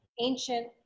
ancient